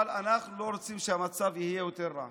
אבל אנחנו לא רוצים שהמצב יהיה יותר רע.